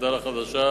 מפד"ל החדשה,